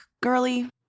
girly